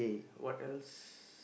what else